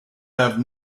have